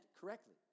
correctly